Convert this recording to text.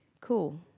Cool